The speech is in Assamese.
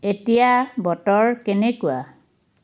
এতিয়া বতৰ কেনেকুৱা